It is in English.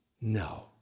No